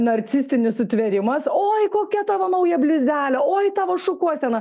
narcisistinis sutvėrimas oi kokia tavo nauja bliuzelė oi tavo šukuosena